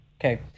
Okay